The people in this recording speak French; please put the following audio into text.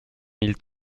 mille